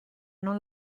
non